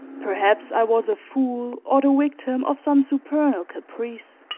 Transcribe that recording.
perhaps i was a fool or the victim of some supernal caprice.